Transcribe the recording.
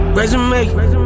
resume